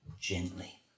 gently